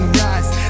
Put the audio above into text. rise